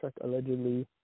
allegedly